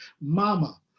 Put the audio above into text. Mama